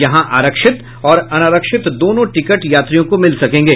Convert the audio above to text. यहां आरक्षित और अनारक्षित दोनों टिकट यात्रियों को मिल सकेंगे